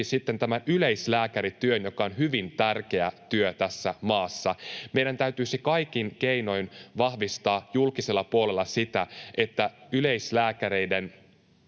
yleislääkärityön, joka on hyvin tärkeä työ tässä maassa. Meidän täytyisi kaikin keinoin vahvistaa julkisella puolella sitä, että yleislääkäreitä